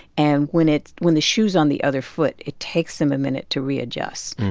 and when it's when the shoe's on the other foot, it takes them a minute to readjust.